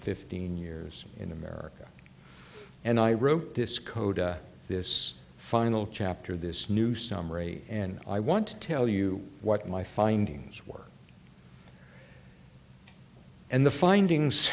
fifteen years in america and i wrote this code this final chapter this new summary and i want to tell you what my findings were and the findings